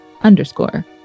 underscore